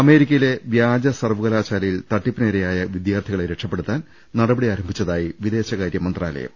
അമേരിക്കയിലെ വ്യാജ സർവ്വകലാശാലയിൽ തട്ടിപ്പിനിരയായ വിദ്യാർത്ഥികളെ രക്ഷപ്പെടുത്താൻ നടപടി ആരംഭിച്ചതായി വിദേ ശകാര്യ മന്ത്രാലയം